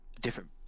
different